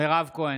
מירב כהן,